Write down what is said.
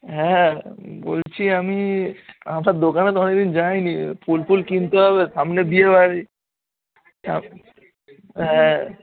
হ্যাঁ বলছি আমি আপনার দোকানে তো অনেক দিন যাইনি ফুল ফুল কিনতে হবে সামনে দিয়ে বাড়ি হ্যাঁ